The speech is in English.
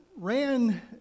ran